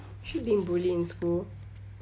is she being bullied in school